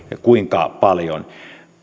kuinka paljon